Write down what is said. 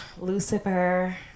Lucifer